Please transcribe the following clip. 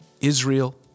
Israel